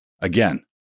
Again